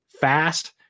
fast